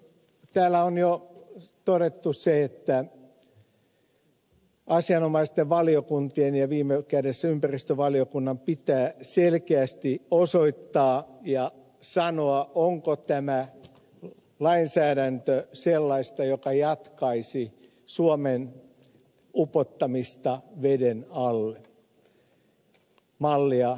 täällä on jo todettu se että asianomaisten valiokuntien ja viime kädessä ympäristövaliokunnan pitää selkeästi osoittaa ja sanoa onko tämä lainsäädäntö sellaista joka jatkaisi suomen upottamista veden alle mallia vuotos